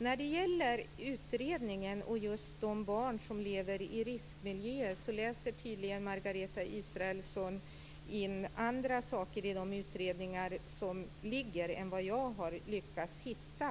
Tydligen läser Margareta Israelsson in andra saker i de utredningar som ligger om de barn som lever i riskmiljöer än vad jag har lyckats hitta.